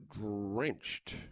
drenched